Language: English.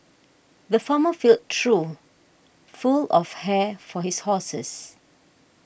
the farmer filled trough full of hay for his horses